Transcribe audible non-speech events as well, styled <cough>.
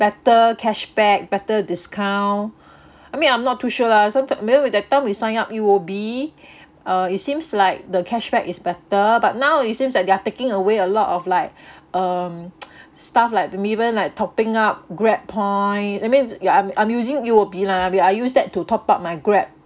better cashback better discount I mean I'm not too sure lah sometimes maybe with that time we sign up U_O_B uh it seems like the cashback is better but now it seems like they are taking away a lot of like um <noise> stuff like the even like topping up grab point it means ya I'm I'm using U_O_B lah we are use that to top up my grab